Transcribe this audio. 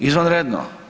Izvanredno.